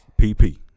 PP